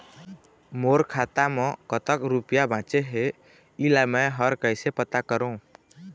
मोर खाता म कतक रुपया बांचे हे, इला मैं हर कैसे पता करों?